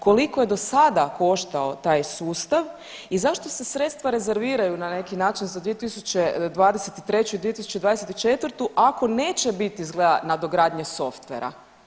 Koliko je dosada koštao taj sustavi i zašto se sredstva rezerviraju na neki način za 2023. i 2024. ako neće biti izgleda nadogradnje softvera?